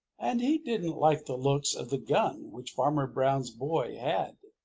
and he didn't like the looks of the gun which farmer brown's boy had.